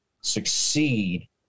succeed